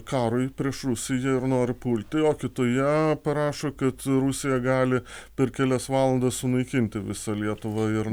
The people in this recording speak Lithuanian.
karui prieš rusiją ir nori pulti o kitoje parašo kad rusija gali per kelias valandas sunaikinti visą lietuvą ir